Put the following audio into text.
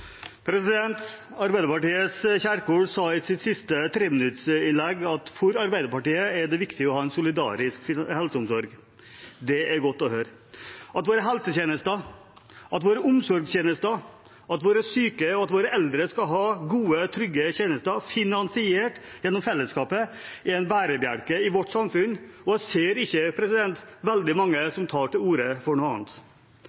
det viktig å ha en solidarisk helseomsorg. Det er godt å høre. At våre helsetjenester, at våre omsorgstjenester, at våre syke og våre eldre skal ha gode, trygge tjenester finansiert gjennom fellesskapet, er en bærebjelke i vårt samfunn, og jeg ser ikke veldig mange